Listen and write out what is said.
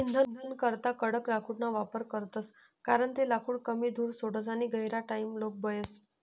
इंधनकरता कडक लाकूडना वापर करतस कारण ते लाकूड कमी धूर सोडस आणि गहिरा टाइमलोग बयस